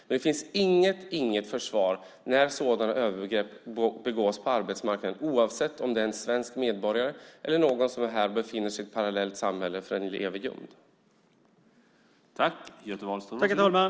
Men det finns inget försvar när sådana övergrepp begås på arbetsmarknaden, oavsett om det är en svensk medborgare eller någon som är här och befinner sig i ett parallellt samhälle för att han eller hon lever gömd.